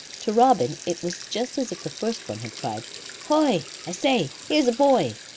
to robin it was just as if the first one had cried hoi! i say, here's a boy.